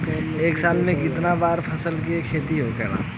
एक साल में कितना बार फसल के खेती होखेला?